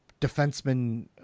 defenseman